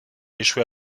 échoué